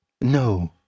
No